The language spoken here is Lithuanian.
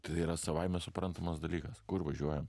tai yra savaime suprantamas dalykas kur važiuojam